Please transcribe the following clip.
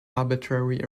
arbitrary